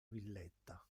villetta